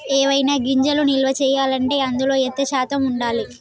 ఏవైనా గింజలు నిల్వ చేయాలంటే అందులో ఎంత శాతం ఉండాలి?